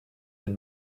and